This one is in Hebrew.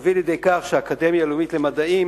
שתביא לידי כך שהאקדמיה הלאומית למדעים